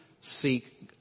seek